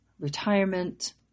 retirement